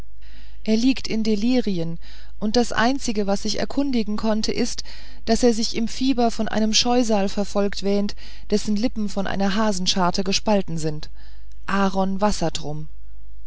er liegt in delirien und das einzige was ich erkundigen konnte ist daß er sich im fieber von einem scheusal verfolgt wähnt dessen lippen von einer hasenscharte gespalten sind aaron